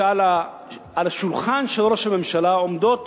שעל שולחן ראש הממשלה עומדות